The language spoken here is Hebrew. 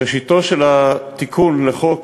ראשיתו של התיקון לחוק